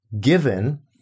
given